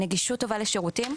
נגישות טובה לשירותים,